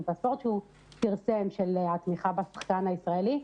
והספורט שהוא פרסם על התמיכה בשחקן הישראלי.